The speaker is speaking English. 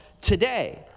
today